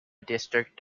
district